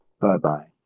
Bye-bye